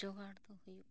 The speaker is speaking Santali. ᱡᱚᱜᱟᱲ ᱫᱚ ᱦᱩᱭᱩᱜ ᱠᱟᱱᱟ